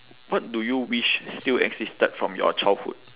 what do you wish still existed from your childhood